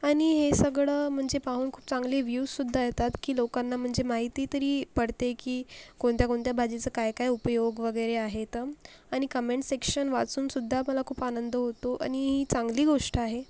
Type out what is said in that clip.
आणि हे सगळं म्हणजे पाहून खूप चांगले व्यूजसुद्धा येतात लोकांना म्हणजे माहिती तरी पडते की कोणत्याकोणत्या भाजीचं काय काय उपयोग वगैरे आहेत आणि कमेंट सेक्शनसुद्धा वाचून मला खूप आनंद होतो आणि ही चांगली गोष्ट आहे